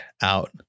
out